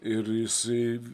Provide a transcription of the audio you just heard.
ir jisai